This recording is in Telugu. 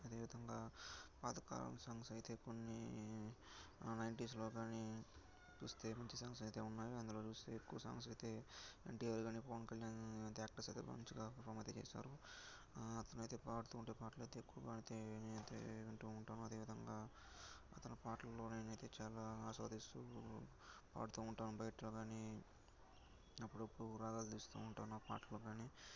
అదేవిధంగా పాతకాలం సాంగ్స్ అయితే కొన్ని నైన్టీస్లో కానీ చూస్తే మంచి సాంగ్స్ అయితే ఉన్నాయి అందులో చూస్తే ఎక్కువ సాంగ్స్ అయితే ఎన్టీఆర్ కానీ పవన్ కళ్యాణ్ కానీ యాక్టర్స్ అయితే మంచిగా పర్ఫార్మ్ అయితే చేశారు అతను అయితే పాడుతూ ఉండే పాటలు అయితే ఎక్కువగా అయితే నేనైతే వింటూ ఉంటాను అదేవిధంగా అతని పాటల్లో నేనైతే చాలా ఆస్వాదిస్తూ పాడుతూ ఉంటాను బయట కాని అప్పుడప్పుడు రాగాలు తీస్తూ ఉంటాను ఆ పాటలో కానీ